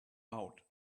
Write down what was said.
out